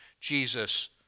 Jesus